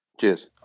Cheers